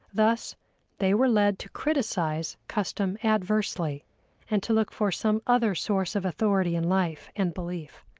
thus they were led to criticize custom adversely and to look for some other source of authority in life and belief.